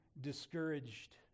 discouraged